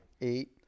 eight